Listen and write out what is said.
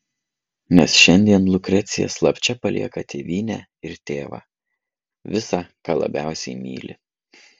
nes šiandien lukrecija slapčia palieka tėvynę ir tėvą visa ką labiausiai myli